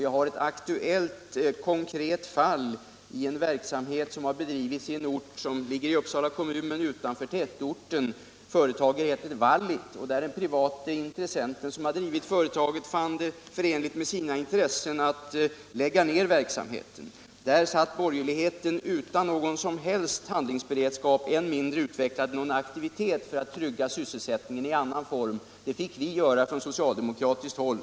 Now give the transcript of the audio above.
Jag har ett aktuellt konkret exempel från en ort i Uppsala kommun utanför tätorten. Den private intressent som drivit företaget, som heter Wallit, fann det förenligt med sina intressen att lägga ned verksamheten. Där satt borgerligheten utan någon som helst handlingsberedskap — än mindre utvecklade man någon aktivitet för att trygga sysselsättningen. Det fick vi göra från socialdemokratiskt håll.